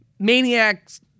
maniacs